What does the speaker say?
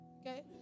Okay